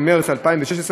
במרס 2016,